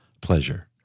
pleasure